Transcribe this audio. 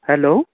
hello